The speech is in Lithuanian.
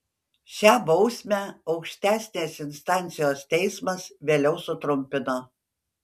šią bausmę aukštesnės instancijos teismas vėliau sutrumpino